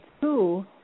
two